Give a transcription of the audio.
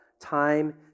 time